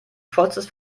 vollstes